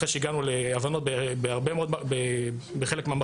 אחרי שהגענו להבנות בחלק מהמחלוקות.